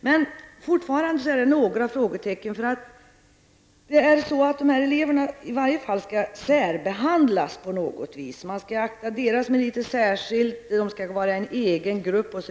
Men det finns fortfarande kvar några frågetecken. Dessa elever skall särbehandlas. Deras meriter skall beaktas särskilt och de skall utgöra en egen grupp.